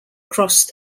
crossed